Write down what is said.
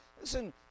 Listen